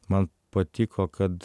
man patiko kad